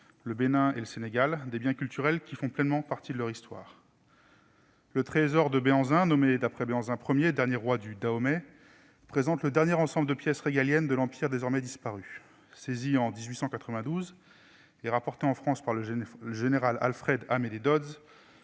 le Bénin et le Sénégal, des biens culturels appartenant pleinement à leur histoire. Le trésor de Béhanzin, nommé d'après Béhanzin I, dernier roi du Dahomey, présente le dernier ensemble de pièces régaliennes de l'empire désormais disparu. Saisi en 1892 et rapporté en France par le général Alfred Amédée Dodds,